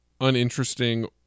uninteresting